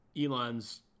Elon's